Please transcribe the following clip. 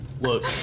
Look